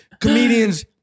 comedians